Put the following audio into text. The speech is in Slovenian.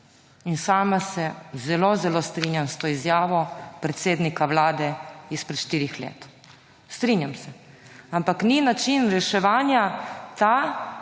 In sama se zelo zelo strinjam s to izjavo predsednika Vlade izpred štirih let. Strinjam se. Ampak ni način reševanja ta,